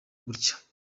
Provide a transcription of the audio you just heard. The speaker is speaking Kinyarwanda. gutya